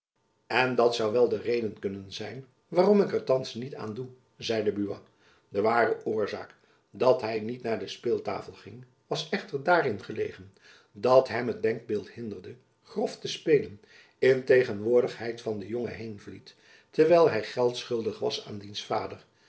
en dat zoû ook wel de reden kunnen zijn waarom ik er thands niet aan doe zeide buat de ware oorzaak dat hy niet naar de speeltafel ging was echter daarin gelegen dat hem het denkbeeld hinderde grof te spelen in tegenwoordigheid van den jongen heenvliet terwijl hy geld schuldig was aan diens